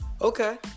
Okay